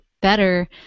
better